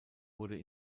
wurde